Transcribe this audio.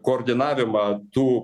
koordinavimą tų